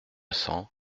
cents